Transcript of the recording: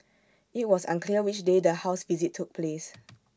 IT was unclear which day the house visit took place